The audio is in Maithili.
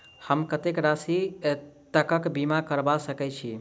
हम कत्तेक राशि तकक बीमा करबा सकै छी?